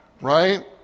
right